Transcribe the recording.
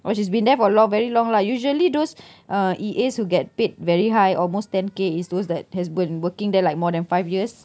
oh she's been there for a long very long lah usually those uh E_As who get paid very high almost ten K is those that has been working there like more than five years